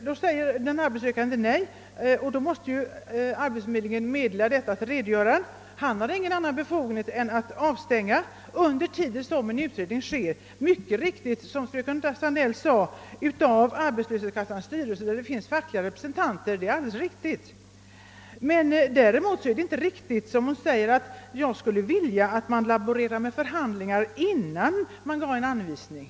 Då säger den :'arbetssökande nej och arbetsförmedlaren måste meddela detta till redogöraren. Han har ingen annan befogenhet än att avstänga medlemmen under tiden som en utredning görs — som fröken Sandeli mycket riktigt sade — av arbetslöshetskassans styrelse, där det finns Tarlenga representanter. SE Däremot är hennes påstående inte riktigt att jag skulle vilja att man laborerade med förhandlingar innan man gav en arbetsanvisning.